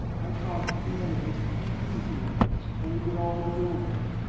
i thought at the end of it you'd be here and it would all be over.